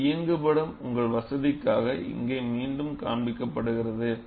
இந்த இயங்குபடம் உங்கள் வசதிக்காக இங்கே மீண்டும் காண்பிக்க படுகிறது